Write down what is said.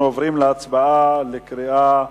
אנחנו עוברים להצבעה לקריאה שלישית.